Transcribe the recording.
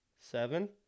seven